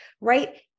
right